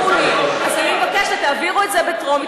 אז אני מבקשת שתעבירו את זה בטרומית,